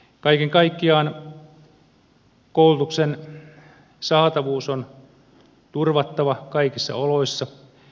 kaiken kaikkiaan koulutuksen saatavuus on turvattava kaikissa oloissa